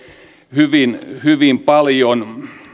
hyvin hyvin paljon